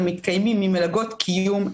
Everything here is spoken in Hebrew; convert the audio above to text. הם מתקיימים ממלגות קיום.